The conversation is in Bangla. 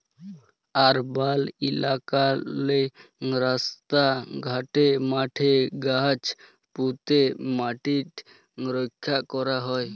আরবাল ইলাকাললে রাস্তা ঘাটে, মাঠে গাহাচ প্যুঁতে ম্যাটিট রখ্যা ক্যরা হ্যয়